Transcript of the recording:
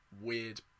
weird